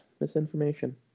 Misinformation